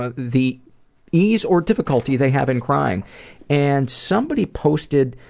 ah the ease or difficulty they have in crying and somebody posted,